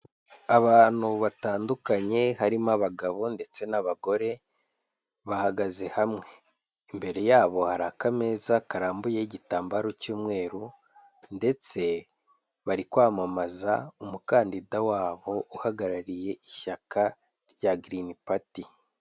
Abantu batandukanye harimo abagabo ndetse n'abagore bahagaze hamwe, imbere yabo hari akameza karambuye igitambaro cy'umweru ndetse bari kwamamaza umukandida waho uhagarariye ishyaka rya girini pati.